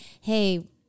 hey